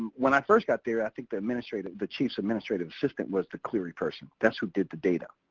when i first got there i think the administrative, the chief's administrative assistant was the clery person. that's who did the data.